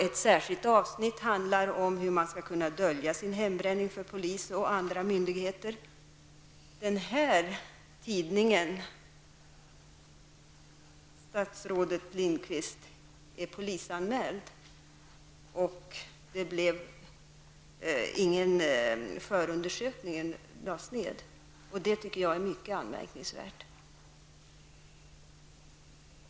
Ett särskilt avsnitt handlar om hur man skall kunna dölja sin hembränning för polisen och andra myndigheter. Tidningen är, statsrådet Lindqvist, polisanmäld, men det blev ingen förundersökning utan den lades ned. Det tycker jag är mycket anmärkningsvärt.